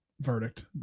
Verdict